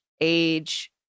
age